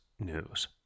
news